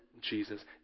Jesus